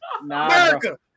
America